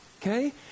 okay